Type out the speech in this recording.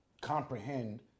comprehend